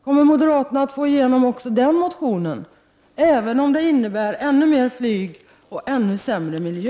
Kommer moderaterna att också få igenom den motionen, även om det innebär ännu mer flyg och ännu sämre miljö?